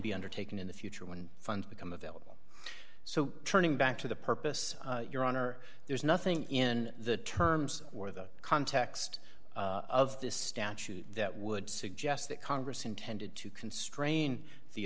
be undertaken in the future when funds become available so turning back to the purpose your honor there's nothing in the terms or the context of this statute that would suggest that congress intended to constrain the